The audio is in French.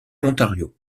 ontario